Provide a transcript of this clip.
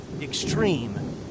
Extreme